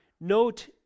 Note